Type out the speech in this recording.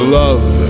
love